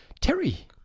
Terry